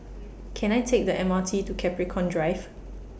Can I Take The M R T to Capricorn Drive